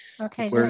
Okay